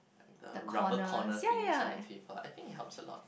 the rubber corner things on the table I think it helps a lot